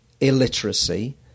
illiteracy